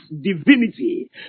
divinity